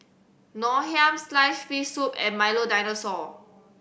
Ngoh Hiang sliced fish soup and Milo Dinosaur